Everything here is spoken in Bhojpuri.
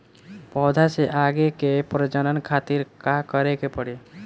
पौधा से आगे के प्रजनन खातिर का करे के पड़ी?